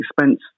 expense